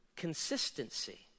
consistency